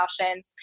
caution –